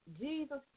Jesus